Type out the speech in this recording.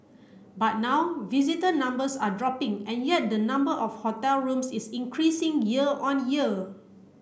but now visitor numbers are dropping and yet the number of hotel rooms is increasing year on year